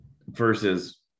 versus